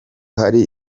hari